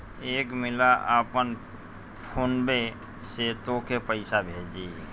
एक मिला आपन फोन्वे से तोके पइसा भेजी